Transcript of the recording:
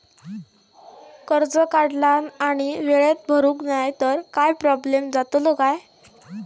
कर्ज काढला आणि वेळेत भरुक नाय तर काय प्रोब्लेम जातलो काय?